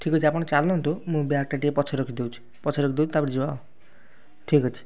ଠିକ୍ ଅଛି ଆପଣ ଚାଲନ୍ତୁ ମୁଁ ବ୍ୟାଗ୍ଟା ଟିକେ ପଛରେ ରଖିଦଉଛି ପଛରେ ରଖିଦଉଛି ତାପରେ ଯିବା ଆଉ ଠିକ୍ ଅଛି